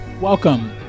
Welcome